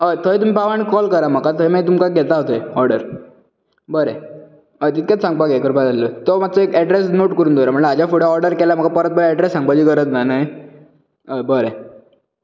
हय थंय तुमी पावा आनी कॉल करा म्हाका थंय मागीर तुमकां घेता हांव ते ऑर्डर बरें हय इतकेच सांगपाक हे करपाक लायल्ले तो मात्सो एडरेस नोट करूंन दवरा म्हणल्यार हाजे फुडे ऑर्डर केल्यार म्हाका परत परत एडरेस सांगपाची गरज ना हय बरें